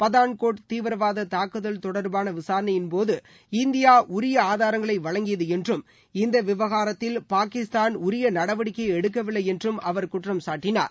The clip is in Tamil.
பதான்கோட் தீவிரவாத தாக்குதல் தொடர்பான விசாசணையின் போது இந்தியா உரிய ஆதாரங்களை வழங்கியது என்றும் இந்த விவகாரத்தில் பாகிஸ்தான் உரிய நடவடிக்கையை எடுக்கவில்லை என்றும் அவர் குற்றம் சாட்டினார்